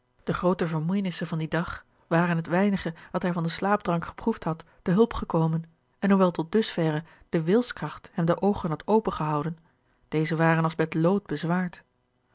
de groote vermoeijenissen van dien dag waren het weinige dat hij van den slaapdrank geproefd had te hulp gekomen en hoewel tot dus verre de wilskracht hem de oogen had opengehouden deze waren als met lood bezwaard